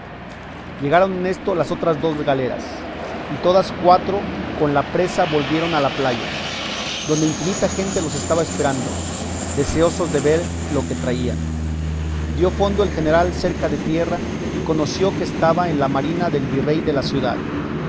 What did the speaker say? llegaron en esto las otras dos galeras y todas cuatro con la presa volvieron a la playa donde infinita gente los estaba esperando deseosos de ver lo que traían dio fondo el general cerca de tierra y conoció que estaba en la marina el virrey de la ciudad